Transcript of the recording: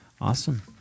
Awesome